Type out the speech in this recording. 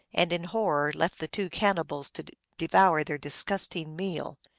and in horror left the two cannibals to devour their dis gusting meal.